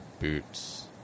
Boots